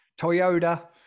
Toyota